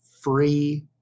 free